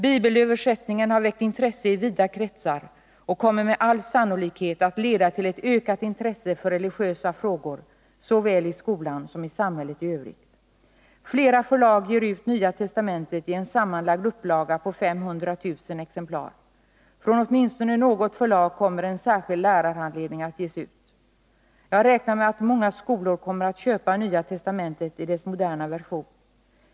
Bibelöversättningen har väckt intresse i vida kretsar och kommer med all sannolikhet att leda till ett ökat intresse för religiösa frågor såväl i skolan som i samhället i övrigt. Flera förlag ger ut Nya testamentet i en sammanlagd upplaga på 500 000 exemplar. Från åtminstone något förlag kommer en särskild lärarhandledning att ges ut. Jag räknar med att många skolor kommer att köpa Nya testamentet i dess moderna version.